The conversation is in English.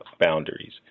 boundaries